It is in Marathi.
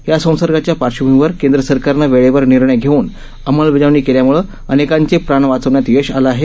या संसर्गाच्या पार्श्वभूमीवर केंद्र सरकारनं वेळेवर निर्णय घेऊन अंमलबजावणी केल्यामुळे अनेकांचे प्राण वाचवण्यात यश आलं आहे